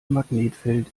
magnetfeld